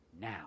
now